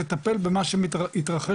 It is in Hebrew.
לטפל במה שהתרחש,